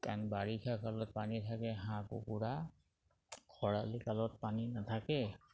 কাৰণ বাৰিষা কালত পানীত থাকে হাঁহ কুকুৰা খৰালি কালত পানীত নাথাকে